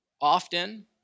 Often